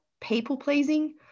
people-pleasing